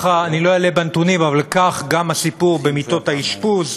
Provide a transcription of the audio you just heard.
לא אלאה בנתונים, אבל כך גם הסיפור במיטות האשפוז,